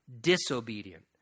disobedient